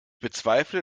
bezweifle